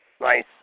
Nice